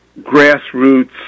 grassroots